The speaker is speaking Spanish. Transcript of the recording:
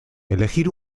elegir